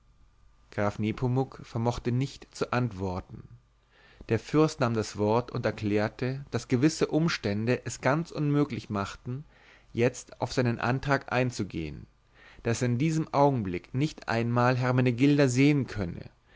graf nepomuk vermochte nicht zu antworten der fürst nahm das wort und erklärte daß gewisse umstände es ganz unmöglich machten jetzt auf seinen antrag einzugehen daß er in diesem augenblick nicht einmal hermenegilda sehen könne